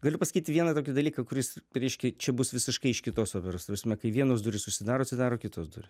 galiu pasakyti vieną tokį dalyką kuris reiškia čia bus visiškai iš kitos operos ta prasme kai vienos durys užsidaro atsidaro kitos durys